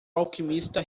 alquimista